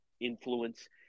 influence